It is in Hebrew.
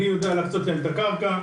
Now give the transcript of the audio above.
אני יודע להקצות להם את הקרקע.